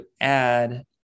add